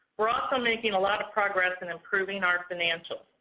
we're also making a lot of progress in improving our financials.